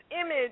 image